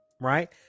right